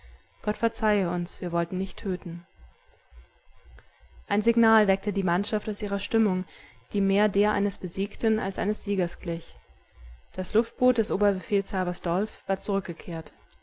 gott verzeihe uns wir wollten nicht töten ein signal weckte die mannschaft aus ihrer stimmung die mehr der eines besiegten als eines siegers glich das luftboot des oberbefehlshaber dolf war zurückgekehrt